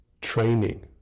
training